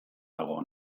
dago